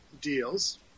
deals